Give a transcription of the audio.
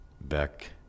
back